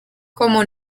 como